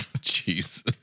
Jesus